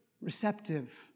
receptive